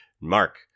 mark